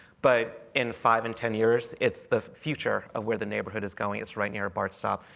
but in five and ten years, it's the future of where the neighborhood is going. it's right near a bart stop.